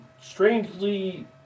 Strangely